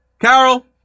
Carol